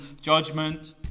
judgment